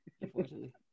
Unfortunately